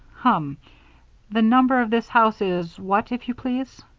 hum the number of this house is what, if you please?